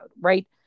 right